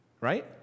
right